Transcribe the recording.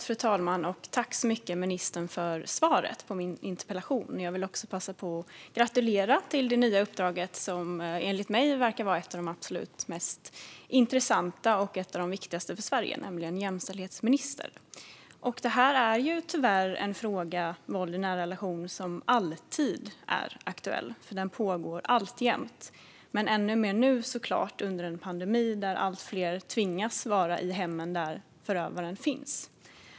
Fru talman! Jag tackar ministern för svaret på min interpellation. Låt mig också passa på att gratulera till det nya uppdraget som jämställdhetsminister, som enligt mig verkar vara ett av de mest intressanta och viktiga för Sverige. Våld i nära relationer är en fråga som tyvärr alltid är aktuell. Det pågår hela tiden, och såklart ännu mer under en pandemi då allt fler tvingas vara i hemmet, där förövaren finns.